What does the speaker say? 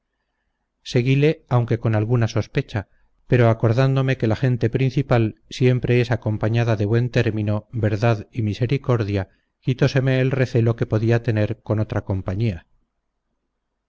seguile aunque con alguna sospecha pero acordándome que la gente principal siempre es acompañada de buen término verdad y misericordia quitóseme el recelo que podía tener con otra compañía